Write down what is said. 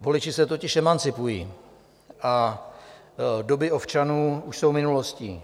Voliči se totiž emancipují a doby ovčanů už jsou minulostí.